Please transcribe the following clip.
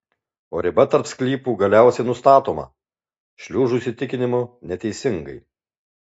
o riba tarp sklypų galiausiai nustatoma šliužų įsitikinimu neteisingai